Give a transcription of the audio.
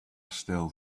still